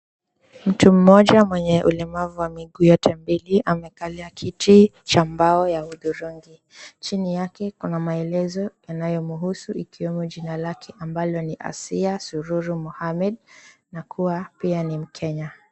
Mtu mmoja mwenye ulemavu wa miguu yote mbili amekalia kiti cha mbao ya hudhurungi. Chini yake kuna maelezo yanayomhusu ikiwemo jina lake ambalo ni Asiya Sururu Mohammed na kuwa pia ni mkenya.